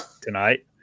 tonight